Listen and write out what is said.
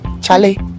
Charlie